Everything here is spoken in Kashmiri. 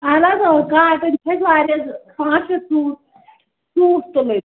اَہن حظ اۭں کاٹَن چھِ اَسہِ واریاہ ضوٚ پانٛژھ شےٚ سوٗٹ سوٗٹ تُلٕنۍ